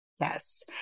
Yes